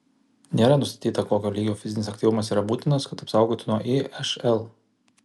nėra nustatyta kokio lygio fizinis aktyvumas yra būtinas kad apsaugotų nuo išl